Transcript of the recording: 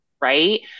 right